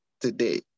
today